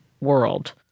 world